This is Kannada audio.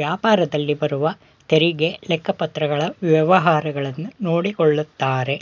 ವ್ಯಾಪಾರದಲ್ಲಿ ಬರುವ ತೆರಿಗೆ, ಲೆಕ್ಕಪತ್ರಗಳ ವ್ಯವಹಾರಗಳನ್ನು ನೋಡಿಕೊಳ್ಳುತ್ತಾರೆ